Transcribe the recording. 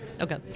Okay